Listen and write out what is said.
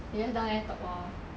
they just down there talk lor